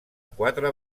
quatre